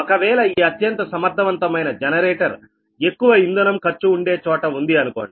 ఒకవేళ ఈ అత్యంత సమర్థవంతమైన జనరేటర్ ఎక్కువ ఇంధనం ఖర్చు ఉండే చోట ఉంది అనుకోండి